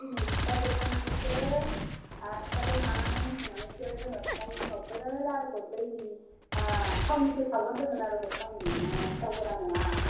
दिनै फिथा देखांनानैसो आरो फिथाखौ नानानै हमखांनानैसो फिथानि उनावसो लारुखौ दैनि थावनिसो सावगोन जोङो लारुखौ थावनि सिथाव गोरान नङा